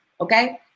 okay